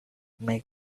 make